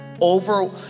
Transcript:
over